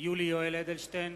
יולי יואל אדלשטיין,